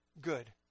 good